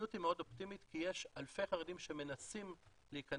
המציאות היא מאוד אופטימית כי יש אלפי חרדים שמנסים להכנס,